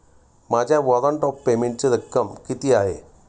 माझ्या warrant of पेमेंटची रक्कम किती आहे?